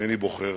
ואינני בוחר